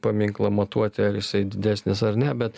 paminklą matuoti ar jisai didesnis ar ne bet